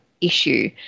issue